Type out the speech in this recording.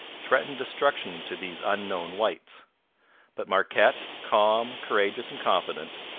threatened destruction to these unknown whites but marquette, calm, courageous, and confident,